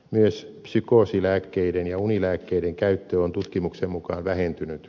myös psykoosilääkkeiden ja unilääkkeiden käyttö on tutkimuksen mukaan vähentynyt